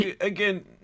again